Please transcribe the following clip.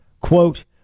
Quote